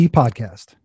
podcast